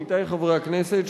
עמיתי חברי הכנסת,